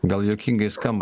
gal juokingai skam